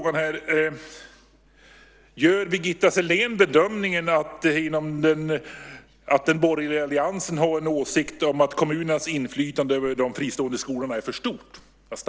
Gör Birgitta Sellén bedömningen att man inom den borgerliga alliansen har en åsikt om att kommunernas inflytande över de fristående skolorna är för stort?